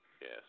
Yes